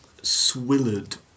swillard